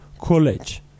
College